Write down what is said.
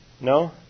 No